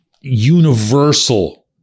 universal